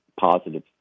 positive